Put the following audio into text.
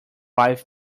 life